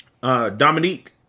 Dominique